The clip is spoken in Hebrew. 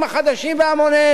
לאן שלחו אותם?